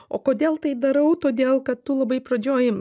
o kodėl tai darau todėl kad tu labai pradžioj